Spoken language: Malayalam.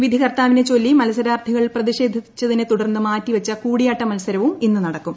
വിധികർത്താവിനെ ചൊല്ലി മത്സരാർത്ഥികൾ പ്രതിഷേധിച്ചതിനെതുടർന്ന് മാറ്റി വച്ച കൂടിയാട്ട മത്സരവും ഇന്ന് നടക്കും